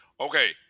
Okay